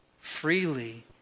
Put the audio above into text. freely